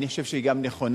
ואני חושב שהיא נכונה,